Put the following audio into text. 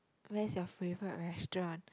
where's your favourite restaurant